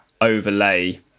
overlay